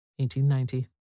1890